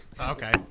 Okay